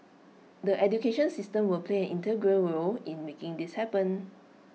the education system will play an integral role in making this happen